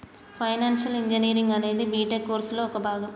financial engineering అనేది BTech కోర్సులో ఒక భాగం